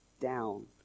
down